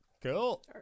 cool